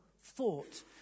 thought